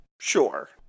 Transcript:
Sure